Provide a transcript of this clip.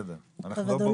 בסדר, אנחנו לא בורחים.